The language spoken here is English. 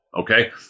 okay